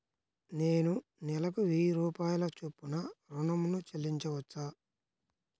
నేను నెలకు వెయ్యి రూపాయల చొప్పున ఋణం ను చెల్లించవచ్చా?